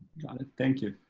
kind of thank you.